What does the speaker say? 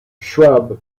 shrub